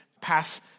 pass